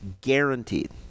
Guaranteed